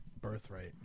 birthright